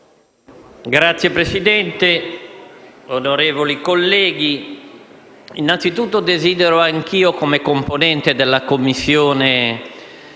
Signor Presidente, onorevoli colleghi, innanzitutto desidero anche io, come componente della Commissione